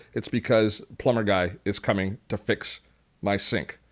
it's because plumber guy is coming to fix my sink.